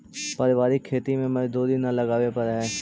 पारिवारिक खेती में मजदूरी न लगावे पड़ऽ हइ